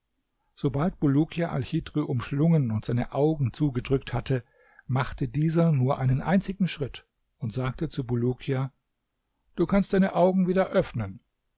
sobald bulukia alchidhr umschlungen und seine augen zugedrückt hatte machte dieser nur einen einzigen schritt und sagte zu bulukia du kannst deine augen wieder öffnen